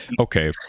okay